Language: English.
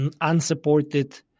unsupported